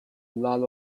lot